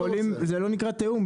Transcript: זה לא נקרא תיאום,